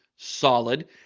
solid